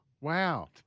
Wow